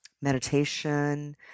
meditation